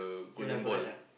ya lah correct lah